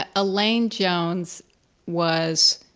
ah elaine jones was,